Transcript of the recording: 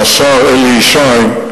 והשר אלי ישי,